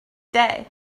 day